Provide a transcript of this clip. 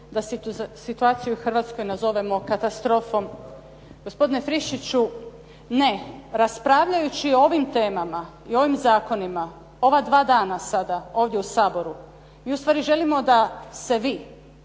da situaciju u Hrvatskoj nazovemo katastrofom. Gospodine Friščiću ne, raspravljajući o ovim temama i ovim zakonima ova dva dana sada, ovdje u Saboru, mi ustvari želimo da se vi